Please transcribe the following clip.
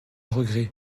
regret